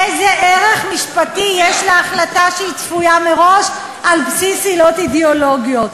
איזה ערך משפטי יש להחלטה שהיא צפויה מראש על בסיס עילות אידיאולוגיות?